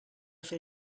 fer